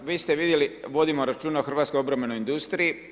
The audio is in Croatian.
Pa vi ste vidjeli, vodimo računa o hrvatskoj obrambenoj industriji.